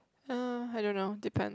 uh I don't know depend